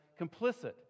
complicit